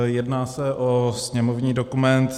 Jedná se o sněmovní dokument 3780.